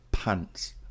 pants